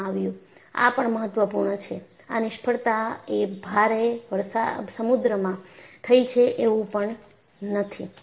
આ પણ મહત્વપૂર્ણ છે આ નિષ્ફળતા એ ભારે સમુદ્રમાં થઈ છે એવું પણ નથી